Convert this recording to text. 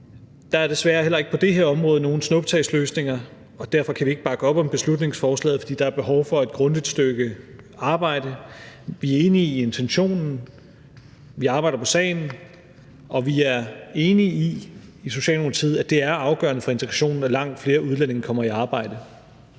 Der er desværre heller ikke på det her område nogen snuptagsløsninger, og derfor kan vi ikke bakke op om beslutningsforslaget, for der er behov for et grundigt stykke arbejde. Vi er enige i intentionen, vi arbejder på sagen, og vi er i Socialdemokratiet enige i, at det er afgørende for integrationen, at langt flere udlændinge kommer i arbejde.